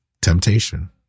temptation